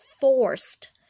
forced